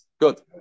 Good